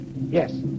Yes